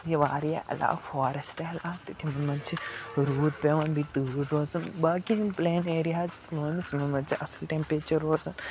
یہِ واریاہ اٮ۪لاو فارٮ۪سٹ اٮ۪لاو تہٕ تِموٕے منٛز چھِ روٗد پٮ۪وان بیٚیہِ تۭر روزان باقٕیَن پٕلین ایریا حظ چھِ پُلوٲمِس یِمَن منٛز چھِ اَصٕل ٹٮ۪مپیچَر روزان